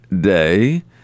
Day